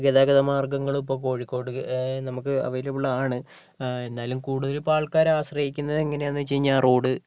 ഗതാഗത മാർഗ്ഗങ്ങളും ഇപ്പോൾ കോഴിക്കോട് നമുക്ക് അവൈലബിളാണ് എന്നാലും കൂടുതൽ ഇപ്പോൾ ആൾക്കാർ ആശ്രയിക്കുന്നത് എങ്ങനെയാണെന്ന് ചോദിച്ച് കഴിഞ്ഞാൽ റോഡ്